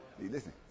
Listen